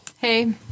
Hey